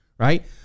Right